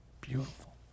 beautiful